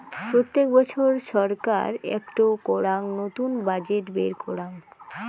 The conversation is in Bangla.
প্রত্যেক বছর ছরকার একটো করাং নতুন বাজেট বের করাং